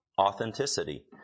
authenticity